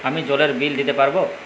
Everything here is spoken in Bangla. আমি জলের বিল দিতে পারবো?